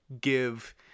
give